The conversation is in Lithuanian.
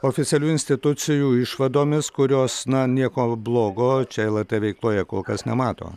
oficialių institucijų išvadomis kurios na nieko blogo čia lrt veikloje kol kas nemato